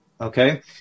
Okay